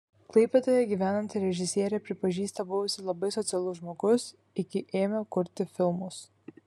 klaipėdoje gyvenanti režisierė prisipažįsta buvusi labai socialus žmogus iki ėmė kurti filmus